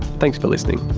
thanks for listening